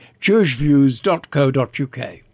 jewishviews.co.uk